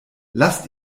lasst